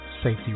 Safety